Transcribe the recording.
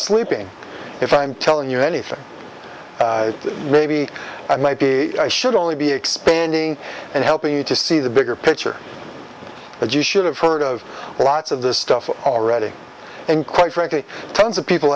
sleeping if i'm telling you anything maybe i might be i should only be expanding and helping you to see the bigger picture but you should have heard of lots of this stuff already and quite frankly tons of people